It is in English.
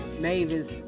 Mavis